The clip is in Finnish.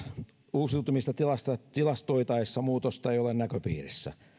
uusiutumista tilastoitaessa tilastoitaessa muutosta ei ole näköpiirissä